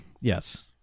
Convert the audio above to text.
yes